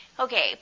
Okay